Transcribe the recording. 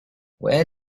where